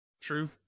true